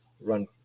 run